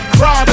cry